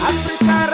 Africa